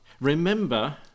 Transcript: Remember